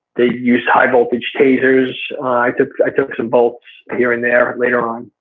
they use high voltage tasers. i took i took some volts here and there later on.